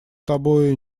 тобою